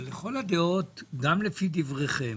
אבל לכל הדעות גם לדבריכם